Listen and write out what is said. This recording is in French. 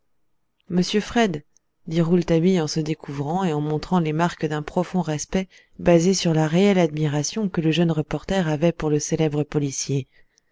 monsieur fred dit rouletabille en se découvrant et en montrant les marques d'un profond respect basé sur la réelle admiration que le jeune reporter avait pour le célèbre policier